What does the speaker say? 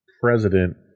president